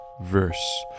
verse